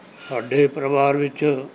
ਸਾਡੇ ਪਰਿਵਾਰ ਵਿੱਚ